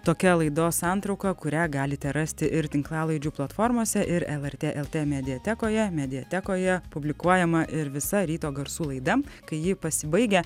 tokia laidos santrauka kurią galite rasti ir tinklalaidžių platformose ir lrt lt mediatekoje mediatekoje publikuojama ir visa ryto garsų laida kai ji pasibaigia